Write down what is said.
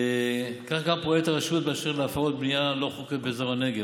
כך פועלת הרשות גם באשר להפרות בנייה לא חוקית באזור הנגב,